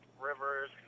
Rivers